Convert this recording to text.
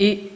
I